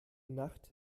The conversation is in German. nacht